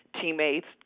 teammates